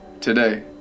today